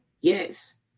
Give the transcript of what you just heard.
Yes